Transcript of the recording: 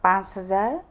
পাঁচ হাজাৰ